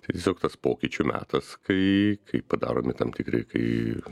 tiesiog tas pokyčių metas kai kai padaromi tam tikri kai